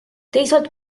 teisalt